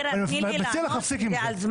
אני מציע לך להפסיק עם זה.